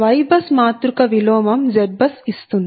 Y మాతృక విలోమం ZBUS ఇస్తుంది